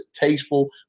tasteful